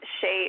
shape